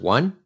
One